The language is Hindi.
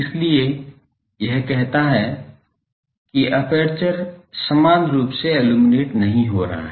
इसलिए यह कहता है कि एपर्चर समान रूप से इल्लुमिनेट नहीं हो रहा है